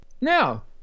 now